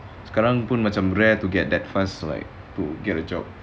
sekarang pun macam rare to get fast like to get a job